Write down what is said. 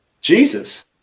Jesus